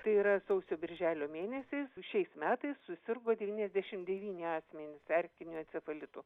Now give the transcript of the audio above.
tai yra sausio birželio mėnesiais šiais metais susirgo devyniasdešim devyi asmenys erkiniu encefalitu